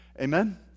Amen